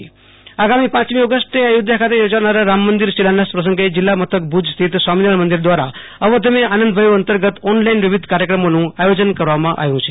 આશુતોષ અંતાણી ભુજ સ્વામિનારાયણ મંદિર આગામી પાંચમી ઓગસ્ટે અયોધ્યા ખાતે યોજાનારા રામ મંદિર શિલાન્યાસ પ્રસંગે જીલ્લા મથક ભુજ સ્થિત સ્વામિનારાયણ મંદિર દ્વારા અવધ મેં આનંદ ભયો અંતર્ગત ઓનલાઈન વિવિધ ધાર્મિક કાર્યક્રમોનું આયોજન કરવામાં આવ્યું છે